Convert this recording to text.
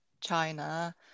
China